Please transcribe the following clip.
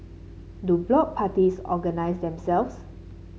do block parties organise themselves